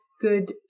good